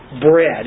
bread